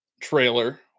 trailer